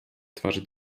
twarzy